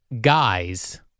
guys